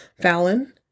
Fallon